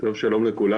שלום לכולם.